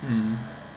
um